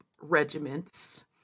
regiments